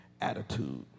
attitude